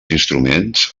instruments